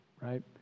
right